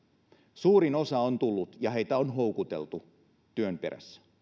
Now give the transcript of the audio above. suurin osa on tullut ja heitä on houkuteltu työn perässä